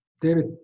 David